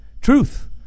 truth